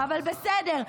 אבל בסדר.